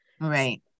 Right